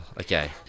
Okay